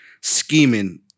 scheming